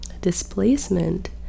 Displacement